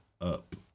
up